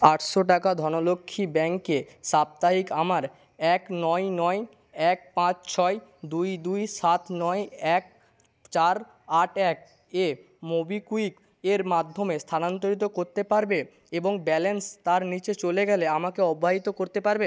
আটশো টাকা ধনলক্ষ্মী ব্যাংকে সাপ্তাহিক আমার এক নয় নয় এক পাঁচ ছয় দুই দুই সাত নয় এক চার আট একে মোবিকুইকের মাধ্যমে স্থানান্তরিত করতে পারবে এবং ব্যালেন্স তার নিচে চলে গেলে আমাকে অবহিত করতে পারবে